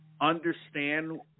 understand